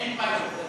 אין בעיות.